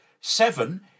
Seven